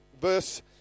verse